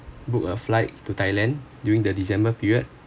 book a flight to thailand during the december period